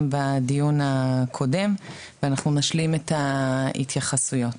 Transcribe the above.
בדיון הקודם ואנחנו נשלים את ההתייחסויות.